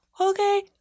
okay